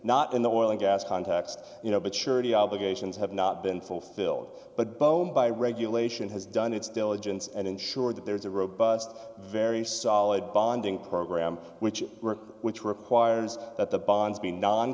not in the oil and gas context you know but surety obligations have not been fulfilled but boehm by regulation has done its diligence and ensured that there is a robust very solid bonding program which work which requires that the bonds be non